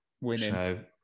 Winning